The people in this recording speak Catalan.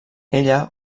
ella